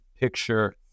picture